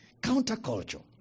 counterculture